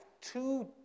two